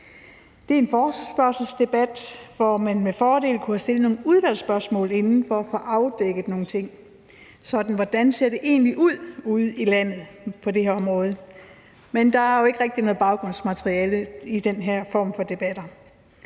Det er en forespørgselsdebat, hvor man med fordel kunne have stillet nogle udvalgsspørgsmål inden for at få afdækket nogle ting. Hvordan ser det egentlig ud ude i landet på det her område? Men der er jo ikke rigtig noget baggrundsmateriale i den her form for debatter.